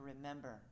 remember